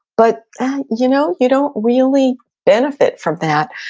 but you know you don't really benefit from that.